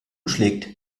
schlägt